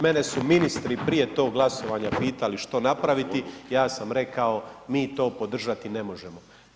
Mene su ministri prije tog glasovanja pitali što napraviti ja sam rekao mi to podržati ne možemo.